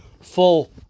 full